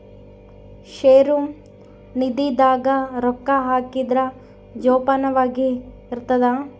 ಷೇರು ನಿಧಿ ದಾಗ ರೊಕ್ಕ ಹಾಕಿದ್ರ ಜೋಪಾನವಾಗಿ ಇರ್ತದ